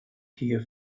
here